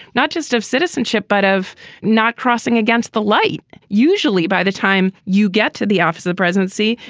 not just of citizenship, but of not crossing against the light. usually by the time you get to the office of the presidency.